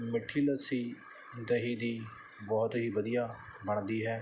ਮਿੱਠੀ ਲੱਸੀ ਦਹੀਂ ਦੀ ਬਹੁਤ ਹੀ ਵਧੀਆ ਬਣਦੀ ਹੈ